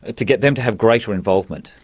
ah to get them to have greater involvement?